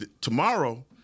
tomorrow